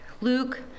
Luke